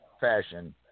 fashion